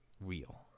real